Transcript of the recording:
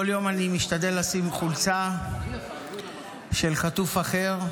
כל יום אני משתדל לשים חולצה של חטוף אחר,